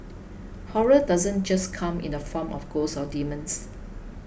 horror doesn't just come in the form of ghosts or demons